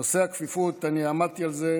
נושא הכפיפות, אני עמדתי על זה,